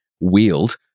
Wield